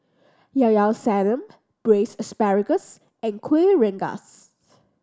Llao Llao Sanum Braised Asparagus and Kuih Rengas